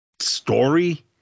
story